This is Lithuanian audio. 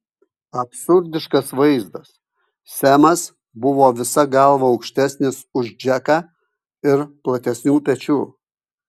absurdiškas vaizdas semas buvo visa galva aukštesnis už džeką ir platesnių pečių